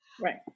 Right